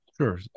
Sure